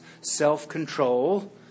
self-control